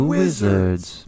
wizards